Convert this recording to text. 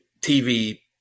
TV